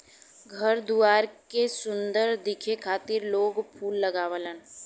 घर दुआर के सुंदर दिखे खातिर लोग फूल लगावलन